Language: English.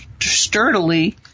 sturdily